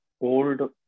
old